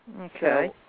Okay